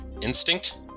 Instinct